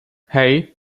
hej